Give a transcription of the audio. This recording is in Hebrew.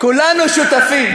כולנו שותפים.